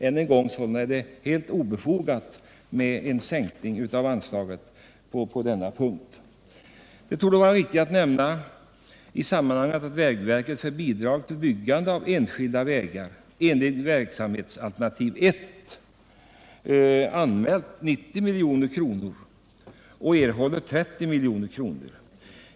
Än en gång: Det är helt obefogat med en sänkning av anslaget på denna punkt. Det borde vara riktigt att nämna i sammanhanget att vägverket för bidrag till byggande av enskilda vägar enligt verksamhetsalternativ 1 äskat 90 milj.kr. men erhåller 30.